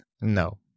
No